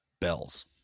Bells